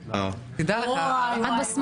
בעזרת השם,